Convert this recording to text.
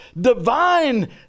divine